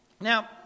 Now